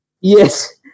Yes